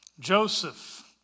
Joseph